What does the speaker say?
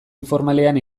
informalean